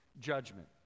judgment